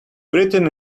written